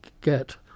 Get